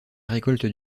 récolte